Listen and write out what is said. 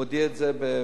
הוא הודיע את זה בעת,